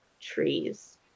trees